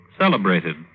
celebrated